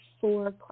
four